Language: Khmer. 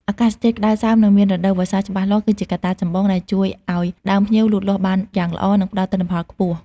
អាកាសធាតុក្តៅសើម និងមានរដូវវស្សាច្បាស់លាស់ គឺជាកត្តាចម្បងដែលជួយឱ្យដើមផ្ញៀវលូតលាស់បានយ៉ាងល្អ និងផ្តល់ទិន្នផលខ្ពស់។